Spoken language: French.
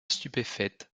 stupéfaite